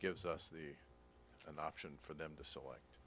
gives us the an option for them to select